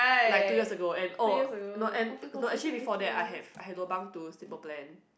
like two years ago and oh no and no actually before that I have I had lobang to simple plan